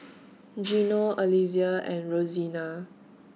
Gino Alesia and Rosena